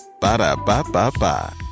Ba-da-ba-ba-ba